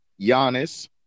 Giannis